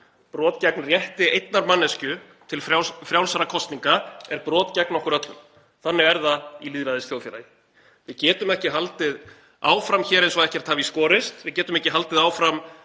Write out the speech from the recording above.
brot gegn rétti einnar manneskju til frjálsra kosninga er brot gegn okkur öllum. Þannig er það í lýðræðisþjóðfélagi. Við getum ekki haldið áfram hér eins og ekkert hafi í skorist. Við getum ekki haldið áfram